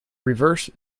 reverse